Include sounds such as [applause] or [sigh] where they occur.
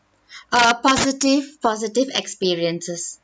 [breath] err positive positive experiences